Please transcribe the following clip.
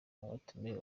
abatumiwe